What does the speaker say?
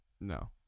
No